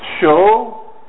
show